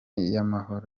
yihesha